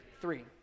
Three